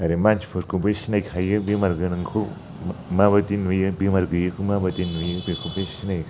आरो मानसिफोरखौबो सिनायखायो बेमार गोनांखौ माबादि नुयो बेमार गैयैखौ माबादि नुयो बेखौ बे सिनायखायो